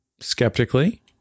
skeptically